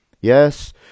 yes